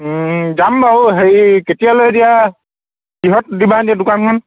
যাম বাৰু হেৰি কেতিয়ালৈ এতিয়া কিহত দিবা এতিয়া দোকানখন